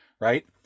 right